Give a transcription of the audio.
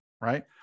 right